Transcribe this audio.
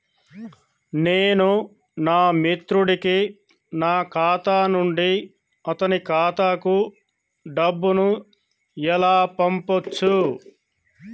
నేను నా మిత్రుడి కి నా ఖాతా నుండి అతని ఖాతా కు డబ్బు ను ఎలా పంపచ్చు?